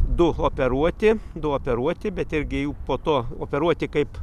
du operuoti du operuoti bet irgi jų po to operuoti kaip